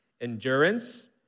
endurance